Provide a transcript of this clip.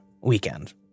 weekend